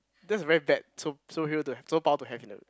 that's a very bad sup~ superhero to have super power to have in the